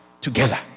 together